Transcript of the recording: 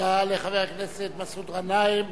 תודה לחבר הכנסת מסעוד גנאים.